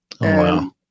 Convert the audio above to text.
wow